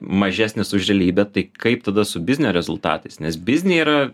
mažesnis už realybę tai kaip tada su biznio rezultatais nes bizny yra